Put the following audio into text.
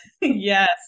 yes